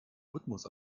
rhythmus